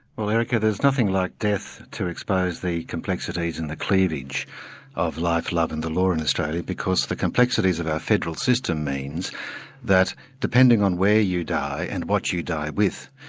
well erica, there's nothing like death to expose the complexities and the cleavage of life, love and the law in australia, because the complexities of our federal system means that depending on where you die and what you die with,